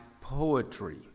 poetry